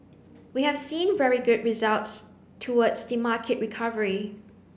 we have seen very good results towards the market recovery